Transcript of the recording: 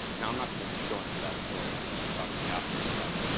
now, i'm not going to go into that story, but you can talk to me afterwards about it.